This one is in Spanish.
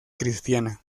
cristiana